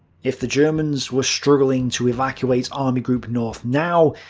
if the germans were struggling to evacuate army group north now,